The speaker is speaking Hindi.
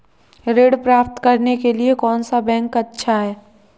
ऋण प्राप्त करने के लिए कौन सा बैंक अच्छा है?